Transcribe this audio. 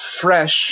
fresh